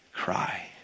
cry